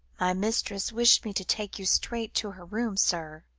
my mistress wished me to take you straight to her room, sir,